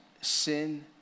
sin